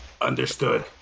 understood